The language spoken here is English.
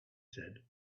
said